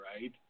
right